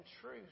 truth